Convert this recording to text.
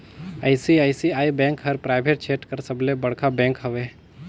ICICI bank हर private छेत्र कर सबले बड़खा बेंक हवे